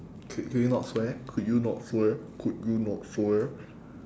c~ could you not swear could you not swear could you not swear